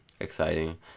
exciting